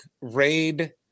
raid